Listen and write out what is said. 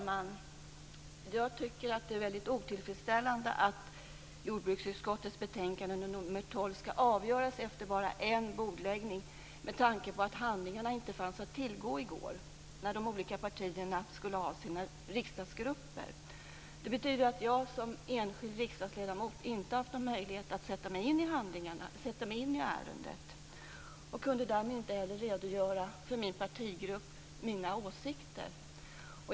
Herr talman! Det är väldigt otillfredsställande att jordbruksutskottets betänkande nr 12 skall avgöras efter bara en bordläggning med tanke på att handlingarna inte fanns att tillgå i går när de olika partierna skulle ha sina gruppmöten. Det betyder att jag som enskild riksdagsledamot inte har haft någon möjlighet att sätta mig in i ärendet, och jag kunde därmed inte heller redogöra för mina åsikter inför min partigrupp.